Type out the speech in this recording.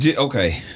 okay